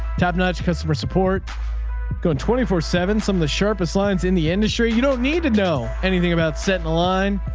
top-notch customer support go twenty four seven. some of the sharpest lines in the industry. you don't need to know anything about setting the line.